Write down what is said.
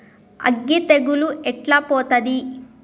అగ్గి తెగులు ఎట్లా పోతది?